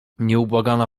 nieubłagana